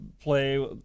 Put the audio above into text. play